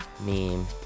meme